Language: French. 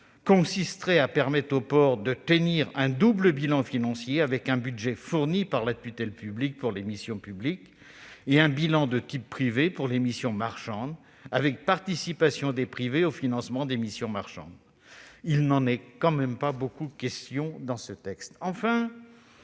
consisterait à permettre aux ports de tenir un double bilan financier avec un budget fourni par la tutelle publique pour les missions publiques et un bilan de type privé pour les missions marchandes, en prévoyant que les privés participent au financement des missions marchandes. Il n'en est pas vraiment question dans la proposition